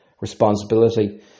responsibility